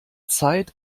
zeit